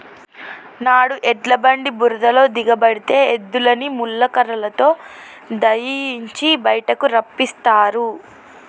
నాడు ఎడ్ల బండి బురదలో దిగబడితే ఎద్దులని ముళ్ళ కర్రతో దయియించి బయటికి రప్పిస్తారు